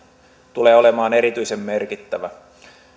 tulee olemaan erityisen merkittävä